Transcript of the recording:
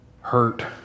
hurt